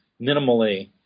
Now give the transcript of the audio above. minimally